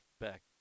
back